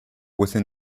within